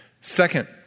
Second